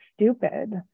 stupid